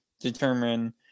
determine